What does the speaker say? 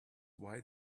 why